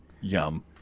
yum